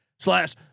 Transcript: Slash